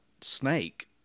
snake